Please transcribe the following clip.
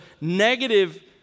negative